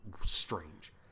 strange